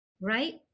Right